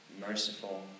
merciful